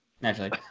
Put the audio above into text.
Naturally